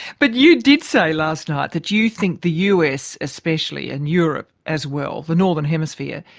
but you did say last night that you think the us especially and europe as well, the northern hemisphere,